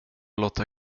låta